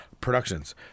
Productions